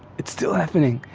it's still happening.